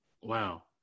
Wow